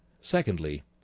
Secondly